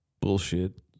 bullshit